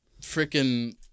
freaking